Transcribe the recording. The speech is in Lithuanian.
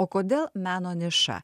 o kodėl meno niša